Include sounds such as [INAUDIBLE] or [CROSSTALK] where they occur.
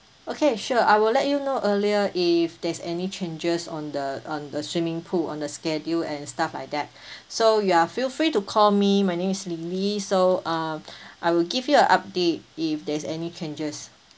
okay sure I will let you know earlier if there's any changes on the on the swimming pool on the schedule and stuff like that [BREATH] so you are feel free to call me my name is lily so uh [BREATH] I will give you a update if there's any changes